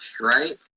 right